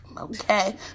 okay